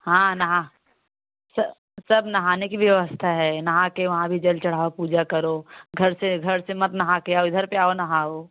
हाँ नहा सब नहाने की व्यवस्था है नहा कर वहाँ भी जल चढ़ाओ पूजा करो घर से घर से मत नहा के आओ इधर पर आओ नहाओ